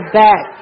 back